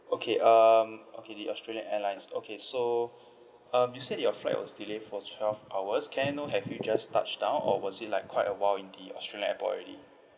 okay um okay the australian airlines okay so um you said your flight was delayed for twelve hours can I know have you just touched down or was it like quite a while in the australian airport already